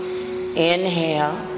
Inhale